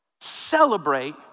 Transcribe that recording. celebrate